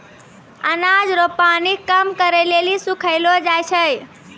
अनाज रो पानी कम करै लेली सुखैलो जाय छै